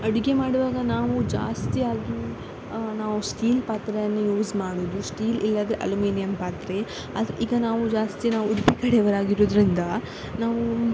ಅಡುಗೆ ಮಾಡುವಾಗ ನಾವು ಜಾಸ್ತಿಯಾಗಿ ನಾವು ಸ್ಟೀಲ್ ಪಾತ್ರೆಯನ್ನು ಯೂಸ್ ಮಾಡುವುದು ಸ್ಟೀಲ್ ಇಲ್ಲದೇ ಅಲ್ಯುಮಿನಿಯಮ್ ಪಾತ್ರೆ ಅದು ಈಗ ನಾವು ಜಾಸ್ತಿ ನಾವು ಉಡುಪಿ ಕಡೆಯವ್ರಾಗಿರುವುದ್ರಿಂದ ನಾವು